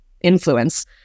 influence